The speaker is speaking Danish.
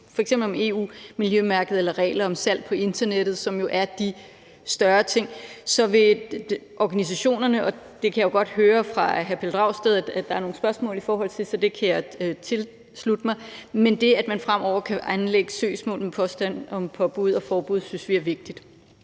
f.eks. om EU-miljømærket eller reglerne om salg på internettet, som jo er de større ting, så vil organisationerne – og der kan jeg jo godt høre på hr. Pelle Dragsted, at der er nogle spørgsmål til det, så det kan jeg tilslutte mig – fremover kunne anlægge søgsmål med påstand om påbud og forbud. Og det synes vi er vigtigt,